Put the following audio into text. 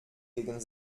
gegen